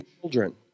children